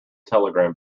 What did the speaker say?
telegram